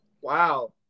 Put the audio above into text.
Wow